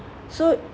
so